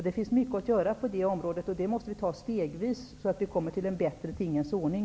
Det finns mycket att göra på det området, och det måste göras stegvis, så att det blir en bättre tingens ordning.